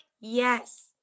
Yes